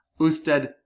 usted